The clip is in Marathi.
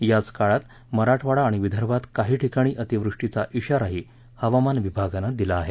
याच काळात मराठवाडा आणि विदर्भात काही ठिकाणी अतिवृष्टीचा आराही हवामान विभागानं दिला आहे